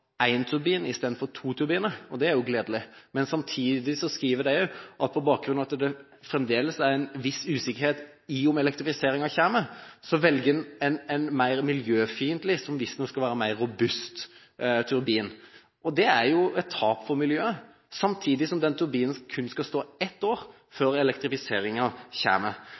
turbin istedenfor to turbiner – og det er jo gledelig – men samtidig skriver en også at på bakgrunn av at det fremdeles er en viss usikkerhet om elektrifisering kommer, velger man én turbin – en mer miljøfiendtlig, men visstnok en mer robust turbin. Det er et tap for miljøet, samtidig som den turbinen kun skal stå ett år før